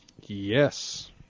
Yes